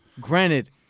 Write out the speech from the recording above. granted